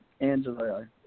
Angela